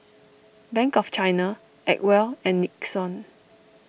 Bank of China Acwell and Nixon